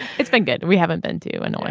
it's been good. we haven't been to. and know